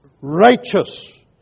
Righteous